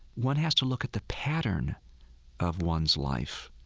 one has to look at the pattern of one's life.